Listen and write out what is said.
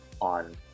on